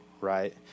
right